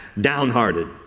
downhearted